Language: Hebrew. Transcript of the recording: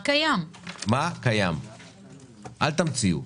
אל תמציאו.